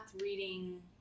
reading